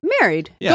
married